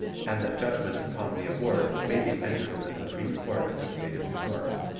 and that judgment upon the award may be entered in the supreme court of the state of new york.